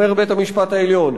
אומר בית-המשפט העליון,